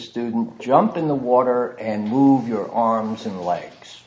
student jump in the water and move your arms and legs